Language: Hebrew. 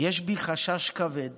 "יש בי חשש כבד